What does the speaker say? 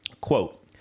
Quote